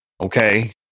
Okay